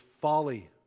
folly